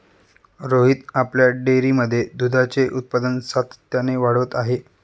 रोहित आपल्या डेअरीमध्ये दुधाचे उत्पादन सातत्याने वाढवत आहे